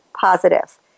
positive